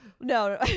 no